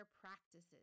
practices